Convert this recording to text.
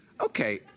Okay